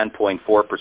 10.4%